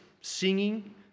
singing